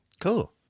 Cool